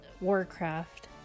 Warcraft